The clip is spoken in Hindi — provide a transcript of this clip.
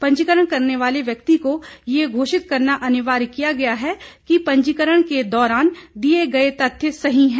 पंजीकरण करने वाले व्यक्ति को यह घोषित करना अनिवार्य किया गया है कि पंजीकरण के दौरान दिए गए तथ्य सही हैं